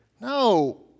No